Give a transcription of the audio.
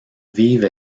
vivent